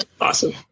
awesome